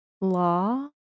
law